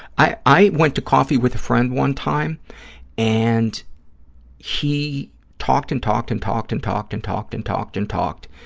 i i went to coffee with a friend one time and he talked and talked and talked and talked and talked and talked and talked,